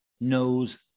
knows